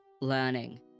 learning